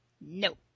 No